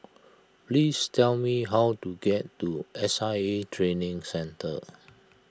please tell me how to get to S I A Training Centre